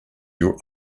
your